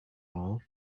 all